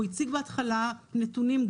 הוא הציג בהתחלה נתונים,